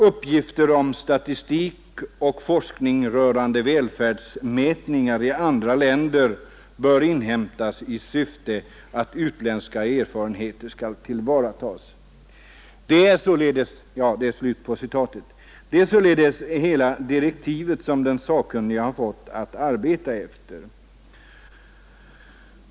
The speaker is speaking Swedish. Uppgifter om statistik och forskning rörande välfärdsmätningar i andra länder bör inhämtas i syfte att utländska erfarenheter skall tillvaratas.” Det är således de direktiv som den sakkunnige har fått att arbeta efter.